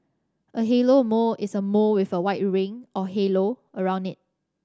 a halo mole is a mole with a white ring or halo around it